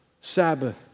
Sabbath